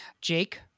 Jake